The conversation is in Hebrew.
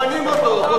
בודקים אותו,